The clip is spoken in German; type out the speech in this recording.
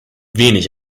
wenig